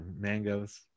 mangoes